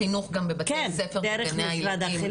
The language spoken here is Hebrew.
לחינוך גם בבתי הספר ובגני הילדים,